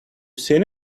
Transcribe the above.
seen